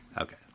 okay